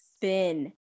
thin